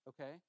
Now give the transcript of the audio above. okay